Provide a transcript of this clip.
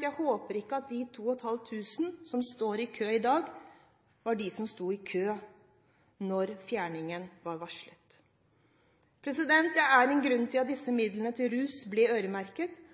Jeg håper at de 2 500 som står i kø i dag, ikke var de som sto i kø da det ble varslet om fjerningen. Det er en grunn til at midlene til rusbehandling ble øremerket. Slik Kristelig Folkeparti ser det, burde disse midlene være øremerket inntil rus